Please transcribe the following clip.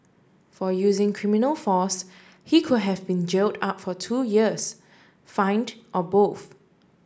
for using criminal force he could have been jailed up for two years fined or both